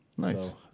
Nice